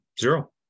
Zero